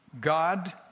God